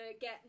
get